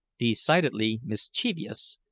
decidedly mischievous,